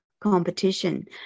competition